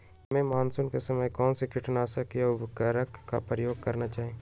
हमें मानसून के समय कौन से किटनाशक या उर्वरक का उपयोग करना चाहिए?